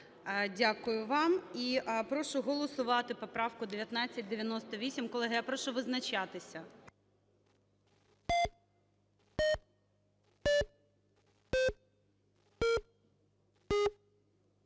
Дякую вам. І прошу голосувати поправку 1998. Колеги, я прошу визначатися.